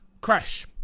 Crash